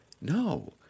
no